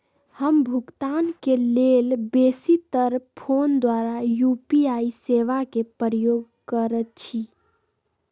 हम भुगतान के लेल बेशी तर् फोन द्वारा यू.पी.आई सेवा के प्रयोग करैछि